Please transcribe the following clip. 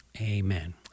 Amen